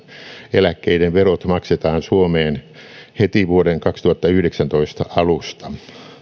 eläkkeiden verot maksetaan suomeen heti vuoden kaksituhattayhdeksäntoista alusta sen sijaan